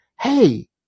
hey